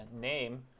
name